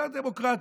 דת דמוקרטית,